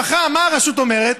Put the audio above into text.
היטל השבחה, מה הרשות אומרת?